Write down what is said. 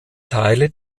teile